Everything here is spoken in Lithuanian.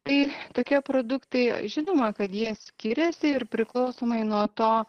tai tokie produktai žinoma kad jie skiriasi ir priklausomai nuo to